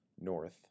North